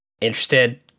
interested